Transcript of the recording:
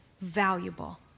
valuable